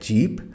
Jeep